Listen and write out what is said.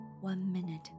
one-minute